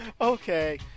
Okay